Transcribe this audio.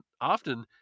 often